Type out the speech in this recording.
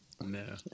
No